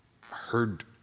heard